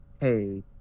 hey